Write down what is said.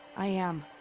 i am.